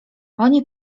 oni